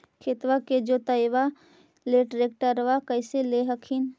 खेतबा के जोतयबा ले ट्रैक्टरबा कैसे ले हखिन?